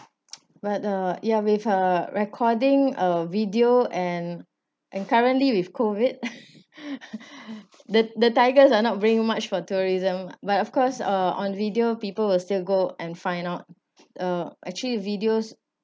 but uh ya with uh recording a video and and currently with COVID the the tigers are not bringing much for tourism but of course uh on video people will still go and find out uh actually videos